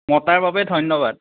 মতাৰ বাবে ধন্যবাদ